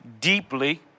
deeply